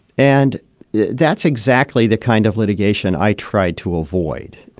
and that's exactly the kind of litigation i tried to avoid.